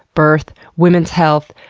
birth, women's health,